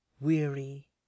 Weary